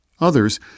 Others